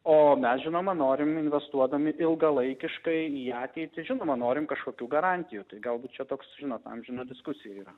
o mes žinoma norim investuodami ilgalaikiškai į ateitį žinoma norim kažkokių garantijų tai galbūt čia toks žinot amžina diskusija yra